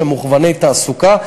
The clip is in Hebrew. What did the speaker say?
שהם מוכווני תעסוקה,